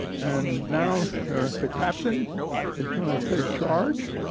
and now the captain is going to take charge,